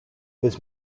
his